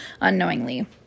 unknowingly